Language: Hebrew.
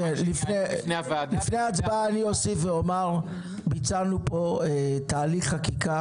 אני אוסיף ואומר שביצענו פה הליך חקיקה